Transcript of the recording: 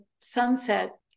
sunset